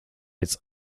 its